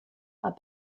are